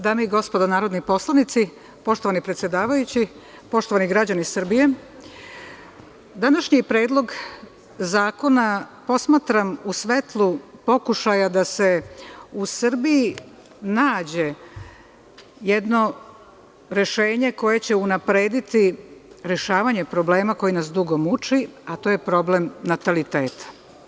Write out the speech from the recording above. Dame i gospodo narodni poslanici, poštovani predsedavajući, poštovani građani Srbije, današnji Predlog zakona posmatram u svetlu pokušaja da se u Srbiji nađe jedno rešenje koje će unaprediti rešavanje problema koji nas dugo muči, a to je problem nataliteta.